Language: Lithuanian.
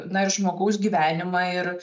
na ir žmogaus gyvenimą ir